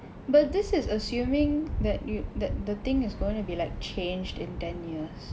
but this is assuming that you that the thing is gonna be like changed in ten years